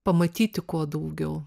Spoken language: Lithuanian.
pamatyti kuo daugiau